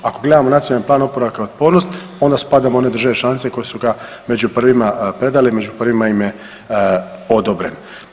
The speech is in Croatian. Ako gledamo Nacionalni plan oporavka i otpornosti onda spadamo u one države članice koje su ga među prvima predale i među prvima im je odobren.